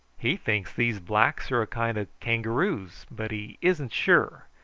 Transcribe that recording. he thinks these blacks are a kind of kangaroos, but he isn't sure.